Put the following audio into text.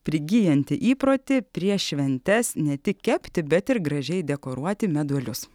prigyjanti įprotį prieš šventes ne tik kepti bet ir gražiai dekoruoti meduolius